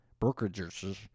brokerages